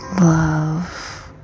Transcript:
love